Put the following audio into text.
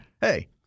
hey